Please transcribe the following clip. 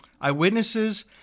eyewitnesses